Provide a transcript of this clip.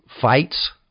fights